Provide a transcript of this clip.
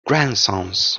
grandsons